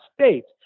states